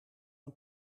een